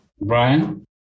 Brian